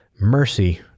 mercy